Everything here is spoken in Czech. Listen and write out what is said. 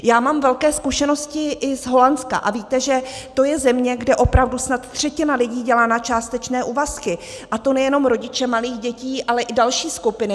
Já mám velké zkušenosti i z Holandska, a víte, že to je země, kde opravdu snad třetina lidí dělá na částečné úvazky, a to nejenom rodiče malých dětí, ale i další skupiny.